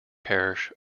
parish